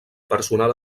personal